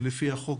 לפי החוק,